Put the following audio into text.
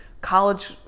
college